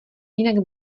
jinak